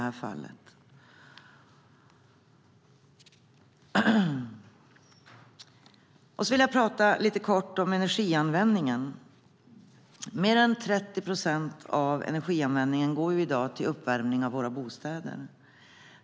Jag ska också säga något om energianvändningen. Mer än 30 procent av energianvändningen går i dag till uppvärmning av våra bostäder.